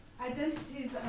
Identities